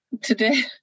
today